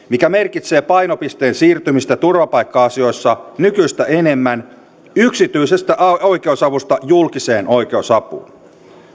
mikä merkitsee painopisteen siirtymistä turvapaikka asioissa nykyistä enemmän yksityisestä oikeusavusta julkiseen oikeusapuun